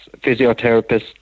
physiotherapists